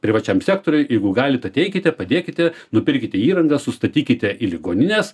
privačiam sektoriui jeigu galit ateikite padėkite nupirkite įrangą sustatykite į ligonines